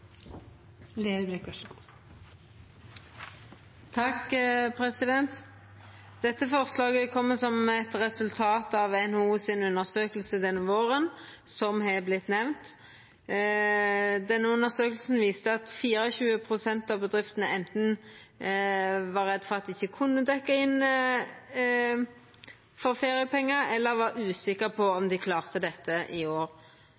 Dette forslaget kjem som eit resultat av NHO si undersøking denne våren, som har vorte nemnt. Denne undersøkinga viste at 24 pst. av bedriftene anten var redde for at dei ikkje kunne dekkja inn for feriepengar, eller var usikre på om dei klarte dette i år.